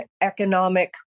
economic